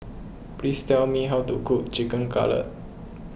please tell me how to cook Chicken Cutlet